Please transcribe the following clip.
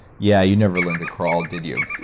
yeah you never learned to crawl, did you?